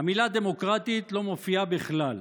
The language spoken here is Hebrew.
והמילה "דמוקרטית" לא מופיעה בכלל.